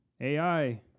AI